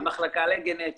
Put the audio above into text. המחלקה לגנטיקה,